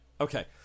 Okay